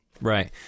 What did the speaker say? Right